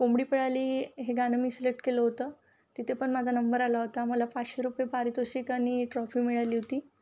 कोंबडी पळाली हे गाणं मी सिलेक्ट केलं होतं तिथे पण माझा नंबर आला होता मला पाचशे रुपये पारितोषिक आणि ट्रॉफी मिळाली होती